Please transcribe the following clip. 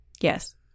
Yes